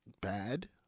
bad